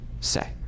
say